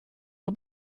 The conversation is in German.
nur